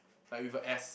like with a S